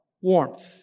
warmth